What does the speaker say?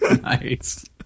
nice